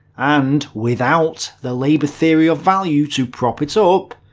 and without the labour theory of value to prop it so up,